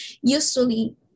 usually